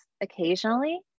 occasionally